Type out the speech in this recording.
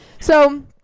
So-